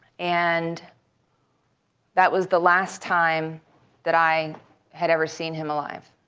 and that was the last time that i had ever seen him alive,